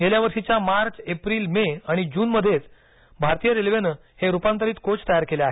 गेल्या वर्षीच्या मार्च एप्रिल मे आणि जूनमध्येच भारतीय रेल्वेनं हे रुपांतरीत कोच तयार केले आहेत